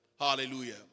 Hallelujah